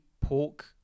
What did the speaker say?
pork